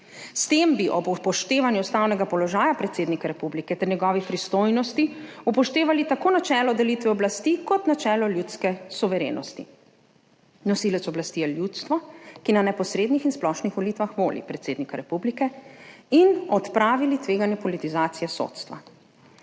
S tem bi ob upoštevanju ustavnega položaja predsednika republike ter njegovih pristojnosti upoštevali tako načelo delitve oblasti kot načelo ljudske suverenosti – nosilec oblasti je ljudstvo, ki na neposrednih in splošnih volitvah voli predsednika republike – in odpravili tveganje politizacije sodstva.